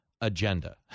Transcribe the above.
agenda